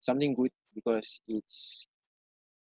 something good because it's